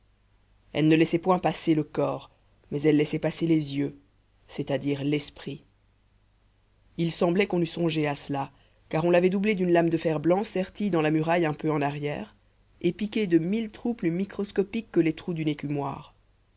elle ne laissait point passer le corps mais elle laissait passer les yeux c'est-à-dire l'esprit il semblait qu'on eût songé à cela car on l'avait doublée d'une lame de fer-blanc sertie dans la muraille un peu en arrière et piquée de mille trous plus microscopiques que les trous d'une